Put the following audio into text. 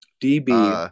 D-B